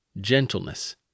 gentleness